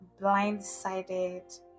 blindsided